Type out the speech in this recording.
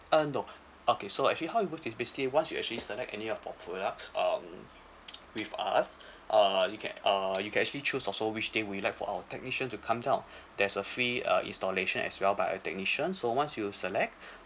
uh no okay so actually how would it works is basically once you actually select any of our products um with us uh you can uh you can actually choose also which day you'd like for our technician to come down there's a free uh installation as well by our technician so once you select